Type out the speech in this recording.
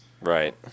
Right